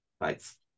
thanks